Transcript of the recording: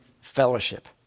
fellowship